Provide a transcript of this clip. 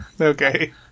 Okay